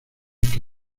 que